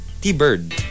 t-bird